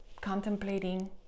contemplating